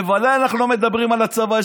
בוודאי אנחנו לא מדברים על הצבא,